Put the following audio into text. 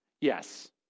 Yes